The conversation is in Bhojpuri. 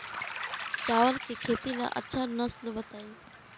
चावल के खेती ला अच्छा नस्ल बताई?